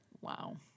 Wow